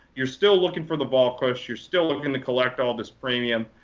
you're still looking for the vol crush. you're still looking to collect all this premium,